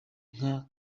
nka